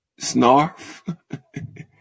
Snarf